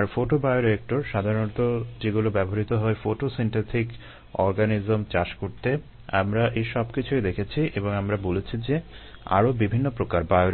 আর photo bioreactor যেখানে আমরা সবকিছু ফেলে